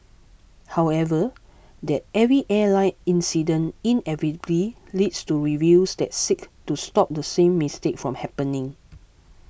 however that every airline incident inevitably leads to reviews that seek to stop the same mistake from happening